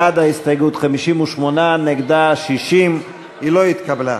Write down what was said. בעד ההסתייגות, 58, נגדה, 60. היא לא התקבלה.